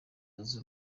zunze